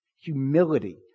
humility